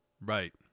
Right